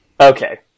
Okay